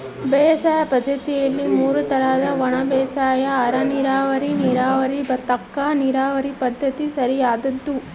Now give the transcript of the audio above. ಬೇಸಾಯ ಪದ್ದತಿಯಲ್ಲಿ ಮೂರು ತರ ಒಣಬೇಸಾಯ ಅರೆನೀರಾವರಿ ನೀರಾವರಿ ಭತ್ತಕ್ಕ ನೀರಾವರಿ ಪದ್ಧತಿ ಸರಿಯಾದ್ದು